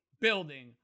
building